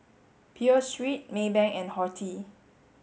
Pho Street Maybank and Horti